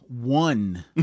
one